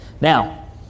Now